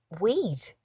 weed